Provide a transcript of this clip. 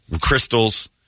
crystals